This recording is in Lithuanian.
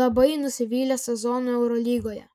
labai nusivylė sezonu eurolygoje